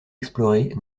explorée